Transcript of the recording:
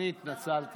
אני התנצלתי.